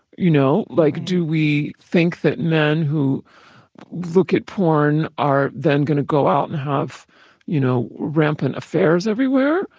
you know? like, do we think that men who look at porn are then going to go out and have you know rampant affairs everywhere?